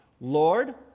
Lord